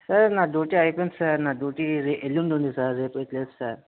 sir నా duty అయిపోయింది sir నా డ్యూటీ ఎల్లుండి ఉంది సార్ రేపు అయితే లేదు సార్